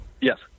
Yes